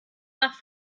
nach